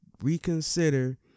reconsider